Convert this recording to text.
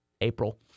April